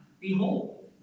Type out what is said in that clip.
Behold